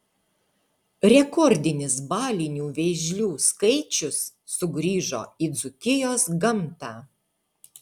rekordinis balinių vėžlių skaičius sugrįžo į dzūkijos gamtą